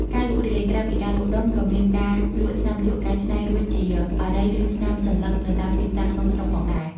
ការលក់រាយ ក្រៅពីការលក់ដុំ ក៏មានការលក់ថ្នាំជក់កែច្នៃរួចជាបារីឬថ្នាំសន្លឹកនៅតាមទីផ្សារក្នុងស្រុកផងដែរ។